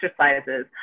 exercises